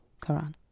Quran